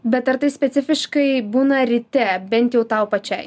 bet ar tai specifiškai būna ryte bent jau tau pačiai